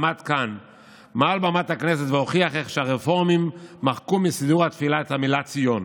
עמד כאן על במת הכנסת והוכיח שהרפורמים מחקו את המילה "ציון"